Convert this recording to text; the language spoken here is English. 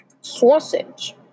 Sausage